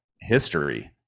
history